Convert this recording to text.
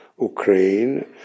Ukraine